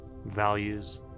Values